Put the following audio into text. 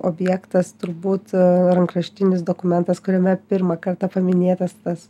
objektas turbūt rankraštinis dokumentas kuriame pirmą kartą paminėtas tas